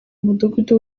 mudugudu